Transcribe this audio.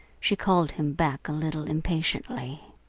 she called him back a little impatiently.